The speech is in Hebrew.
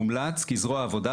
מומלץ כי זרוע העבודה,